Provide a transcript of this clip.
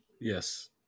Yes